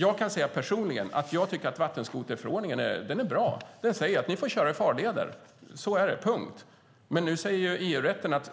Jag kan personligen säga att jag tycker att vattenskoterförordningen är bra. Den säger att man får köra i farleder - punkt! Men nu säger tydligen EU-rätten att vi